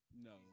no